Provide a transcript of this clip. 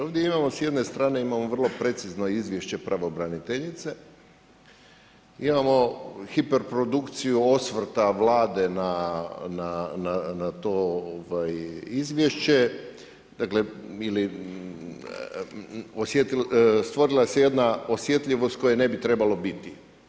Ovdje imamo s jedne strane vrlo precizno izvješće pravobraniteljice, imamo hiperprodukciju osvrta Vlade na to izvješće, dakle stvorila se jedna osjetljivost koje ne bi trebalo biti.